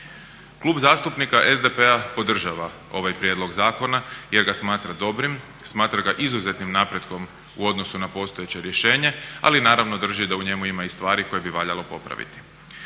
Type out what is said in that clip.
Klub zastupnika SDP-a podržava ovaj prijedlog zakona jer ga smatra dobrim, smatra ga izuzetnim napretkom u odnosu na postojeće rješenje ali i naravno državi da u njemu ima i stvari koje bi valjalo popraviti.